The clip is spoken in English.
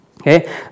okay